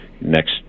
next